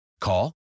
Call